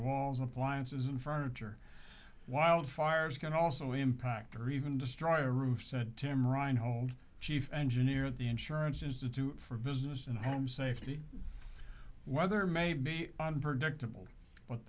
walls appliances and furniture wildfires can also impact or even destroy a roof said tim ryan hold chief engineer at the insurance institute for business and home safety weather may be unpredictable but